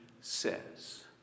says